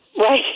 Right